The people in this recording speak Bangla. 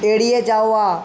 এড়িয়ে যাওয়া